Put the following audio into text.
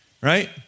Right